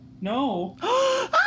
No